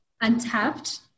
untapped